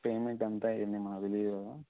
payment ఎంత అయింది మాకు తెలీదు కదా